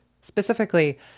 Specifically